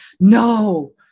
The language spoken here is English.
no